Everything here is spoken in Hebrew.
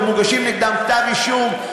שמוגשים נגדם כתבי-אישום,